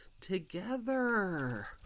together